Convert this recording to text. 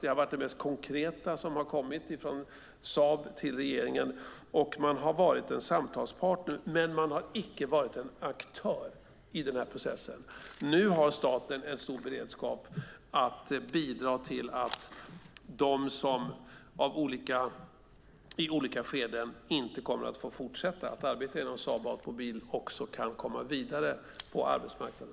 Det har varit det mest konkreta som har kommit från Saab till regeringen. Och man har varit en samtalspartner. Men man har icke varit en aktör i den här processen. Nu har staten en stor beredskap för att bidra till att de som i olika skeden inte kommer att få fortsätta att arbeta inom Saab Automobil också kan komma vidare på arbetsmarknaden.